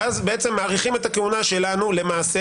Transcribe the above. ואז מאריכים את הכהונה שלנו כי,